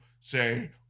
say